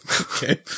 Okay